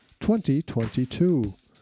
2022